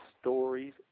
stories